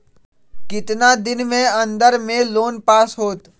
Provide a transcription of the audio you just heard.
कितना दिन के अन्दर में लोन पास होत?